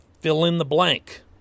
fill-in-the-blank